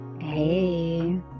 Hey